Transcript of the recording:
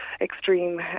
extreme